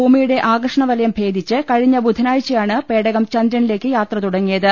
ഭൂമിയുടെ ആകർഷണ വലയം ഭേദിച്ച് കഴിഞ്ഞ ബുധനാഴ്ച യാണ് പേടകം ചന്ദ്രനിലേക്ക് യാത്ര തുടങ്ങിയത്